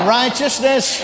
righteousness